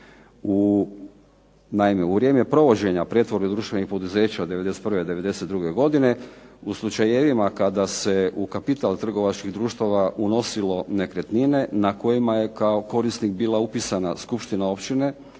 u vrijeme provođenja pretvorbe društvenih poduzeća '91., '92. godine u slučajevima kada se u kapital trgovačkih društava unosilo nekretnine na kojima je kao korisnik bila upisana skupština općine,